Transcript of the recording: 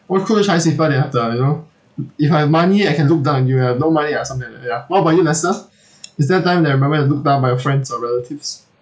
old school chinese people they have the you know if I have money I can look down on you you have no money or something like that ya what about you lester is there a time that you remember you looked down by your friends or relatives